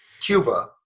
Cuba